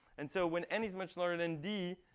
and so when n is much larger than d,